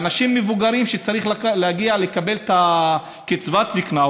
אנשים מבוגרים שצריכים להגיע לקבל את קצבת הזקנה,